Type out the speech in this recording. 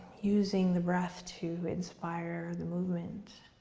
using the breath to inspire the movement.